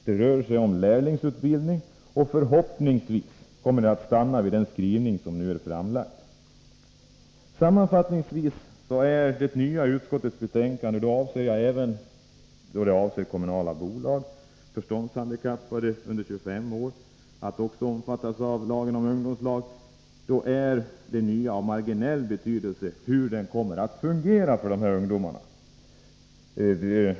Det rör sig om lärlingsutbildning, och förhoppningsvis kommer det att stanna vid den skrivning som nu är framlagd. Sammanfattningsvis är nyheterna i detta arbetsmarknadsutskottets betänkande i vad avser kommunala bolag och att förståndshandikappade under 25 år också kommer att omfattas av ungdomslagen av marginell betydelse för hur lagen kommer att fungera.